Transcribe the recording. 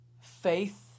faith